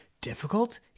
Difficult